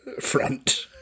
front